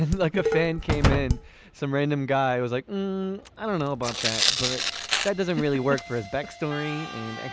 like a fan came in some random guy was like um i don't know about that but that doesn't really work for his backstory and